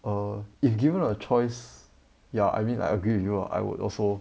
err if given a choice ya I mean I agree with you ah I would also